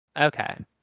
Okay